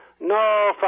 no